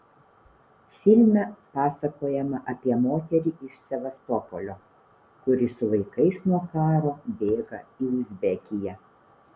filme pasakojama apie moterį iš sevastopolio kuri su vaikais nuo karo bėga į uzbekiją